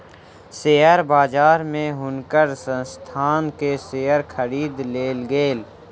share बजार में हुनकर संस्थान के शेयर खरीद लेल गेल